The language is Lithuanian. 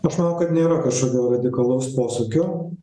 aš manau kad nėra kažkokio radikalaus posūkio